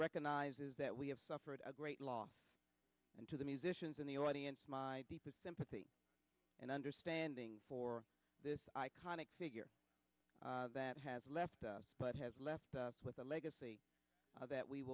recognizes that we have suffered a great loss to the musicians in the audience my deepest sympathy and understanding for this iconic figure that has left us but has left us with a legacy that we